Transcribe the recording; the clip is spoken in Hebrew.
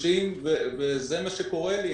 זה מה שקורה לי,